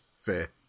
fair